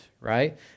right